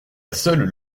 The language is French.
seule